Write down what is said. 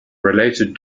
related